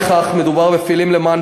הכבוד לפעילים.